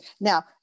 now